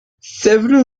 several